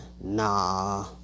Nah